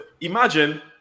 imagine